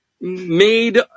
made